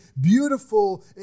beautiful